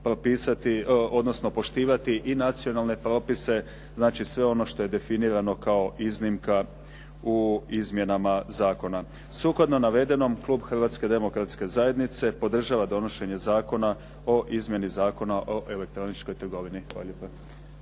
dužni poštivati i nacionalne propise, znači sve ono što je definirano kao iznimka u izmjenama zakona. Sukladno navedenom, Klub hrvatske demokratske zajednice podržava donošenje Zakona o izmjeni Zakona o elektroničkoj trgovini. Hvala lijepa.